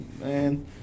man